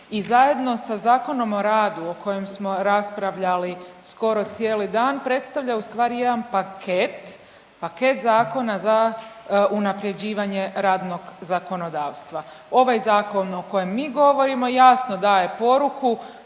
i zajedno sa Zakonom o radu o kojem smo raspravljali skoro cijeli dan predstavlja u stvari jedan paket, paket zakona za unapređivanje radnog zakonodavstva. Ovaj zakon o kojem mi govorimo jasno daje poruku